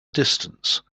distance